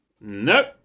Nope